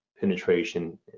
penetration